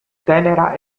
tenera